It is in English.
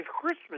Christmas